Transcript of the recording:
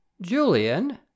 Julian